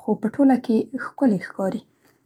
خو په ټوله کې ښکلې ښکارېږي.